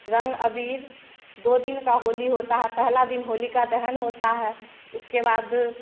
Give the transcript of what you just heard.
रंग अबीर दो दिन का होली होता है पहला दिन होलिका दहन होता है उसके बाद